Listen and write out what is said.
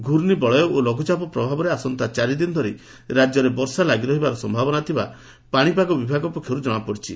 ଘ୍ରର୍ଷିବଳୟ ଓ ଲଘୁଚାପ ପ୍ରଭାବରେ ଆସନ୍ତା ଚାରିଦିନ ଧରି ରାଜ୍ୟରେ ବର୍ଷା ଲାଗି ରହିବାର ସମ୍ଭାବନା ଥିବା ପାଶିପାଗ ବିଭାଗ ପକ୍ଷର୍ଠ ଜଣାପଡିଛି